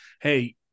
hey